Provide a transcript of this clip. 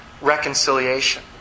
reconciliation